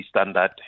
standard